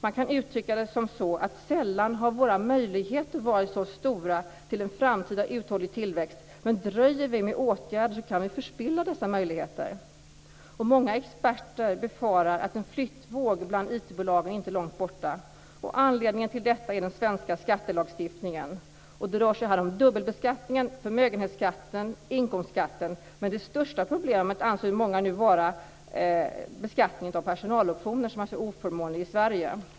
Man kan uttrycka det som så att sällan har våra möjligheter till en framtida uthållig tillväxt varit så stora. Men dröjer vi med åtgärder kan vi förspilla dessa möjligheter. Många experter befarar att en flyttvåg bland IT bolagen inte är långt borta. Anledningen till detta är den svenska skattelagstiftningen. Det rör sig om dubbelbeskattningen, förmögenhetsskatten och inkomstskatten. Men det största problemet anser många nu vara beskattningen av personaloptioner, som alltså är oförmånlig i Sverige.